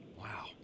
Wow